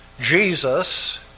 Jesus